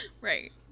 Right